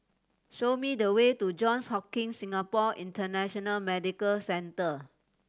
show me the way to Johns Hopkins Singapore International Medical Centre